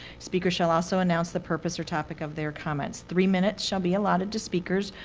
speakers shall also announce the purpose or topic of their comments. three minutes shall be allotted to speakers.